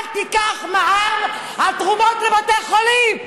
אל תיקח מע"מ על תרומות לבתי חולים.